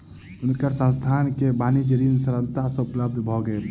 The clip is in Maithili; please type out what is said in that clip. हुनकर संस्थान के वाणिज्य ऋण सरलता सँ उपलब्ध भ गेल